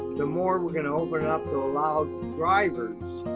the more we can open up to allow drivers